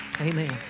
Amen